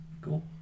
cool